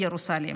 ירוסלם,